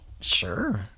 Sure